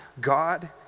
God